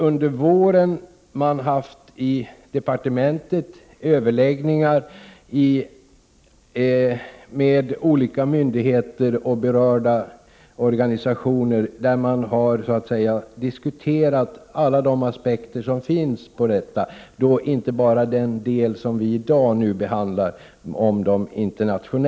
Under våren har man i departementet haft överläggningar med olika myndigheter och berörda organisationer. Man har därvid diskuterat alla aspekter på denna fråga och inte bara de internationella frågorna, som vi i dag talar om.